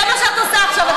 זה מה שאת עושה עכשיו,